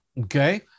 okay